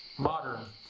modern.